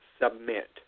submit